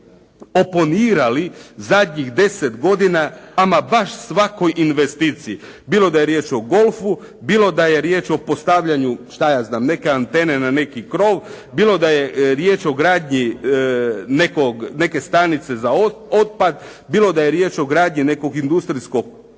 oponirali zadnjih 10 godina ama baš svakoj investiciji, bilo da je riječ o golfu, bilo da je riječ o postavljanju šta ja znam neke antene, na neki krov, bilo da je riječ o gradnji neke stanice za otpad, bilo da je riječ o gradnji nekog industrijskog